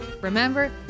Remember